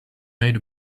made